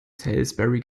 salisbury